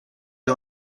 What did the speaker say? der